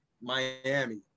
Miami